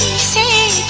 c